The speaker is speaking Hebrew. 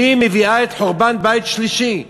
מביאה את חורבן בית שלישי.